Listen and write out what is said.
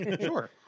Sure